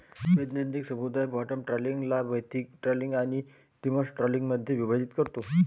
वैज्ञानिक समुदाय बॉटम ट्रॉलिंगला बेंथिक ट्रॉलिंग आणि डिमर्सल ट्रॉलिंगमध्ये विभाजित करतो